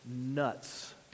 nuts